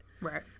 Right